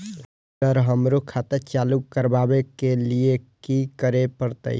Sir हमरो खाता चालू करबाबे के ली ये की करें परते?